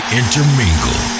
intermingle